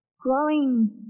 growing